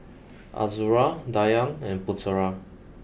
Azura Dayang and Putera